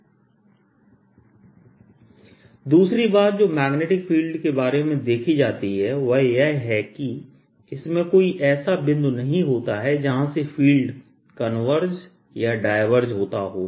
BrC3mrr mr3 Er14π03prr pr3 दूसरी बात जो मैग्नेटिक फील्ड के बारे में देखी जाती है वह यह है कि इसमें कोई ऐसा बिंदु नहीं होता हैं जहां से फील्ड कन्वर्स या डायवर्स होता हो